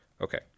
Okay